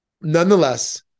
Nonetheless